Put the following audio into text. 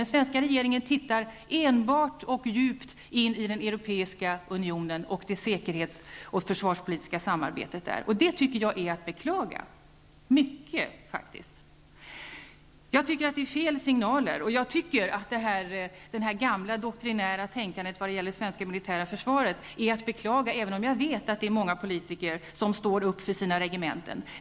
Den svenska regeringen tittar enbart och djupt in i den Europeiska unionen och det säkerhets och försvarspolitiska samarbetet där. Detta tycker jag är att beklaga -- mycket, faktiskt. Det är fel signaler. Jag tycker att det gamla, doktrinära tänkandet vad gäller det svenska militära försvaret är att beklaga, även om jag vet att många politiker står upp för sina regementen.